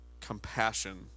Compassion